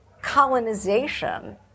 colonization